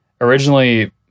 originally